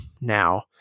now